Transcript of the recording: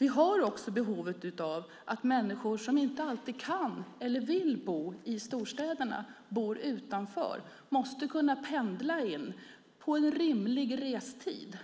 Vi har också behov av att människor som inte alltid kan eller vill bo i storstäderna utan bor utanför måste kunna pendla in på en rimlig restid.